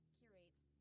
curates